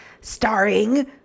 starring